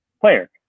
player